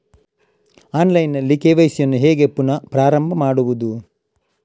Online ನಲ್ಲಿ KYC ಯನ್ನು ಹೇಗೆ ಪುನಃ ಪ್ರಾರಂಭ ಮಾಡುವುದು?